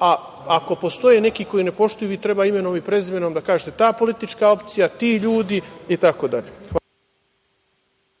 a ako postoje neki koji ne poštuju, vi treba imenom i prezimenom da kažete da politička opcija, ti ljudi itd.